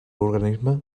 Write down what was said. organisme